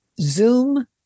Zoom